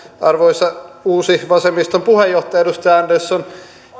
arvoisa uusi vasemmiston puheenjohtaja edustaja andersson